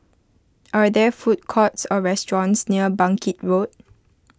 are there food courts or restaurants near Bangkit Road